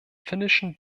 finnischen